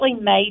made